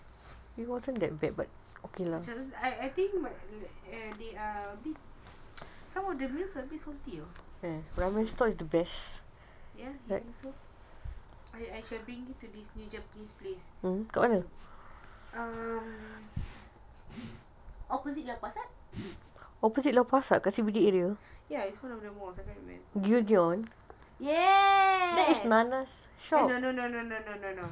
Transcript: I I think my they are some of the meals are a bit salty yes you think so I should bring you to this new japanese place um opposite lau pa sat yes it's one of the mall yes eh no no no no no no no